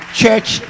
church